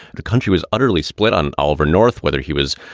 the country was utterly split on oliver north, whether he was,